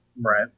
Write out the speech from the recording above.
Right